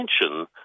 attention